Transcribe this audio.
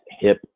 hip